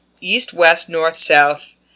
East-West-North-South